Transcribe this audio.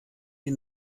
die